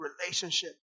relationship